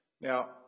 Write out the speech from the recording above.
Now